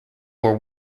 were